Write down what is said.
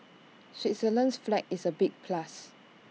Switzerland's flag is A big plus